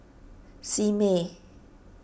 Simei